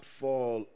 fall